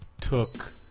took